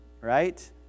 Right